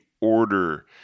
order